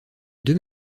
deux